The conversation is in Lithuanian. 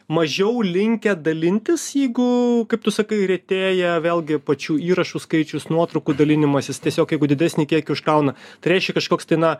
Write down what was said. mažiau linkę dalintis jeigu kaip tu sakai retėja vėlgi pačių įrašų skaičius nuotraukų dalinimasis tiesiog jeigu didesnį kiekį užkauna tai reiškia kažkoks tai na